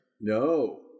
No